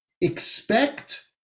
expect